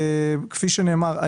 כפי שנאמר,